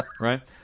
right